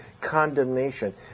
condemnation